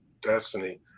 destiny